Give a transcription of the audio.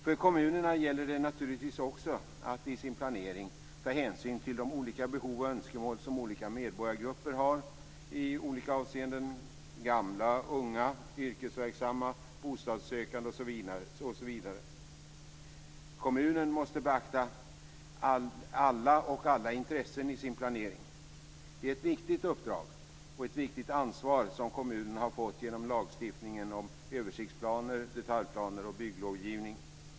För kommunerna gäller det naturligtvis också att vid sin planering ta hänsyn till de behov och önskemål som olika medborgargrupper har i skilda avseenden - gamla, unga, yrkesverksamma, bostadssökande osv. Kommunen måste beakta alla intressen i sin planering. Det är ett viktigt uppdrag och ett viktigt ansvar som kommunerna har fått genom lagstiftningen och översiktsplaner, detaljplaner och bygglovgivning.